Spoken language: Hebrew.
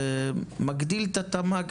זה מגדיל את התמ"ג,